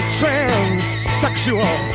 transsexual